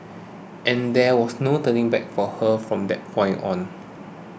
and there was no turning back for her from that point on